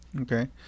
Okay